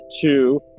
two